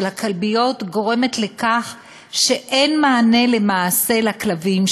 של הכלביות גורמת לכך שאין מענה למעשה לכלבים,